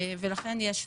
ולכן יש פער.